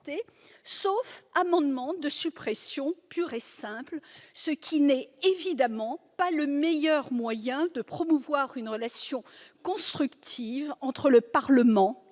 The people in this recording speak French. sauf amendement de suppression pur et simple. Ce n'est évidemment pas le meilleur moyen de promouvoir une relation constructive entre le Parlement et le Gouvernement